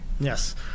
Yes